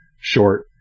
short